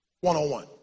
one-on-one